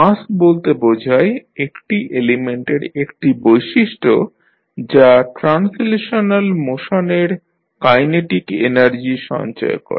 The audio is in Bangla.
মাস বলতে বোঝায় একটি এলিমেন্টের একটি বৈশিষ্ট্য যা ট্রান্সলেশনাল মোশনের কাইনেটিক এনার্জি সঞ্চয় করে